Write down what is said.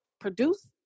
produce